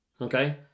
Okay